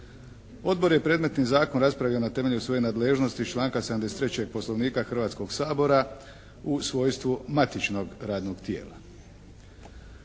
Odbor je predmetni zakon raspravio na temelju svoje nadležnosti iz članka 73. Poslovnika Hrvatskog sabora u svojstvu matičnog radnog tijela.